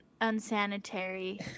unsanitary